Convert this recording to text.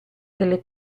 delle